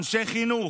אנשי חינוך,